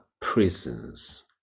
prisons